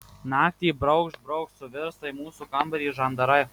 naktį braukšt braukšt suvirsta į mūsų kambarį žandarai